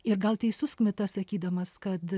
ir gal teisus kmita sakydamas kad